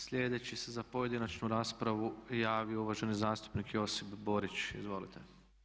Sljedeći se za pojedinačnu raspravu javio uvaženi zastupnik Josip Borić, izvolite.